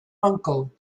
uncle